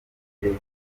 bitewe